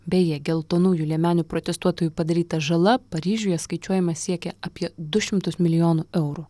beje geltonųjų liemenių protestuotojų padaryta žala paryžiuje skaičiuojama siekia apie du šimtus milijonų eurų